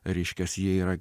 reiškias jie yra